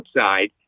outside